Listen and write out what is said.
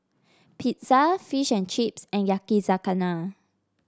Pizza Fish and Chips and Yakizakana